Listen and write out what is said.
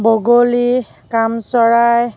বগলী কামচৰাই